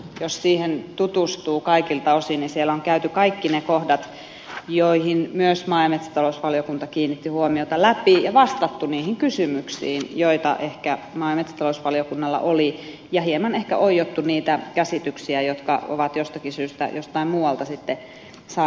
jos siihen tutustuu kaikilta osin niin siellä on käyty kaikki ne kohdat läpi joihin myös maa ja metsätalousvaliokunta kiinnitti huomiota ja vastattu niihin kysymyksiin joita ehkä maa ja metsätalousvaliokunnalla oli ja hieman ehkä oiottu niitä käsityksiä jotka ovat jostakin syystä jostain muualta saaneet alkunsa